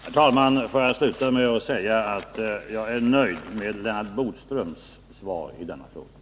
Herr talman! Får jag sluta med att säga att jag är nöjd med Lennart Bodströms svar i denna fråga.